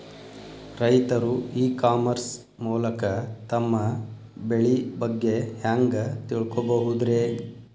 ರೈತರು e commerce ಮೂಲಕ ತಮ್ಮ ಬೆಳಿ ಬಗ್ಗೆ ಹ್ಯಾಂಗ ತಿಳ್ಕೊಬಹುದ್ರೇ?